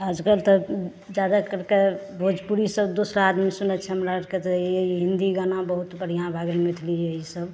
आजकल तऽ जादा करिके भोजपुरी सब दोसरा आदमी सुनै छै हमरा आरके तऽ है यऽ ई हिन्दी गाना बहुत बढ़िआँ भए गेल मैथिलिए ई सब